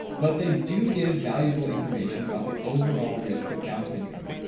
but they do give valuable information about the overall risk of down syndrome.